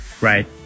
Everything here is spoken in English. right